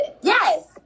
yes